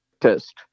test